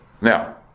now